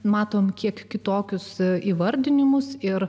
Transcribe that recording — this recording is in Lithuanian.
matome kiek kitokius įvardinimus ir